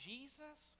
Jesus